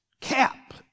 cap